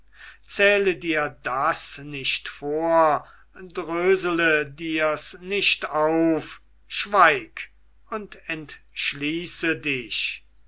zähle dir das nicht vor drösele dir's nicht auf schweig und entschließe dich